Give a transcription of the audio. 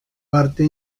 parte